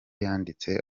yanditse